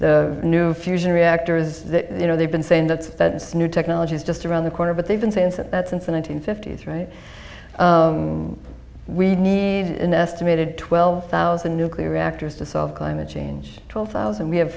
the new fusion reactor is that you know they've been saying that's that's new technology is just around the corner but they've been saying that since the nine hundred fifty s right we need an estimated twelve thousand nuclear reactors to solve climate change twelve thousand we have